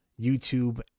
YouTube